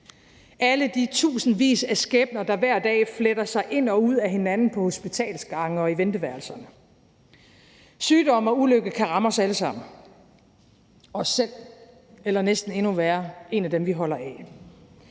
alle de tusindvis af skæbner, der hver dag fletter sig ind og ud af hinanden på hospitalsgangene og i venteværelserne? Sygdom og ulykke kan ramme os alle sammen – os selv eller næsten endnu værre: en af dem, vi holder af.